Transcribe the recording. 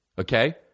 okay